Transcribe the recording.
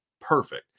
perfect